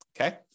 okay